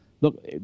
Look